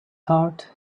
heart